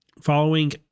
following